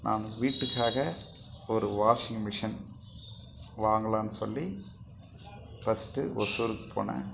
நான் வீட்டுக்காக ஒரு வாஷின்மிஷின் வாங்கலான்னு சொல்லி ஃபஸ்ட்டு ஒசூருக்கு போனேன்